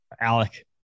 Alec